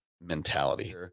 mentality